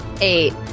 Eight